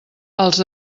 els